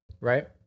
Right